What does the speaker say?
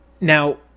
now